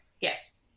Yes